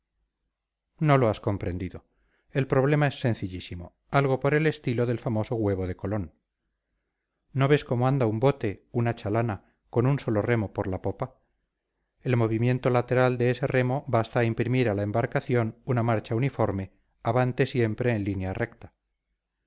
no lo has comprendido el problema es sencillísimo algo por el estilo del famoso huevo de colón no ves cómo anda un bote una chalana con un solo remo por la popa el movimiento lateral de ese remo basta a imprimir a la embarcación una marcha uniforme avante siempre en línea recta